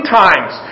times